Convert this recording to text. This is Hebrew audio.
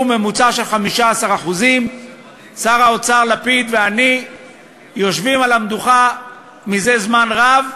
ממוצע של 15%. שר האוצר לפיד ואני יושבים על המדוכה זה זמן רב,